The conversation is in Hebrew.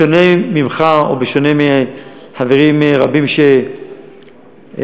בשונה ממך ובשונה מחברים רבים שמעדיפים,